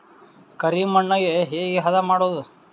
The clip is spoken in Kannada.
ಕರಿ ಮಣ್ಣಗೆ ಹೇಗೆ ಹದಾ ಮಾಡುದು?